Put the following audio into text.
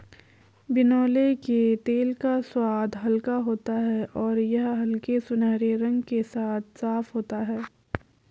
बिनौले के तेल का स्वाद हल्का होता है और यह हल्के सुनहरे रंग के साथ साफ होता है